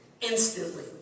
instantly